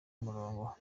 umurongo